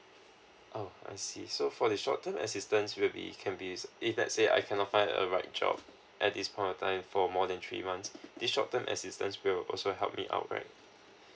oh I see so for the short term assistance will be can be if let's say I cannot find a right job at this point of time for more than three months the short term assistance will also help me out right